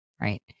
right